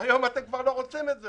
היום אתם כבר לא רוצים את זה.